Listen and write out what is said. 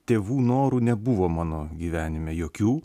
tėvų norų nebuvo mano gyvenime jokių